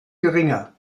geringer